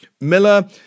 Miller